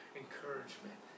encouragement